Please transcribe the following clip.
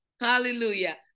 Hallelujah